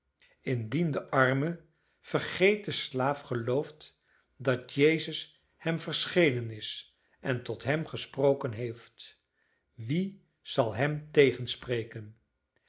de arme vergeten slaaf gelooft dat jezus hem verschenen is en tot hem gesproken heeft wie zal hem tegenspreken